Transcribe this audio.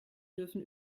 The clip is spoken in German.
dürfen